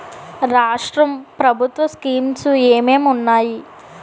రాష్ట్రం ప్రభుత్వ స్కీమ్స్ ఎం ఎం ఉన్నాయి?